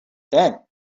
then